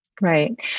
Right